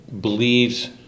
believes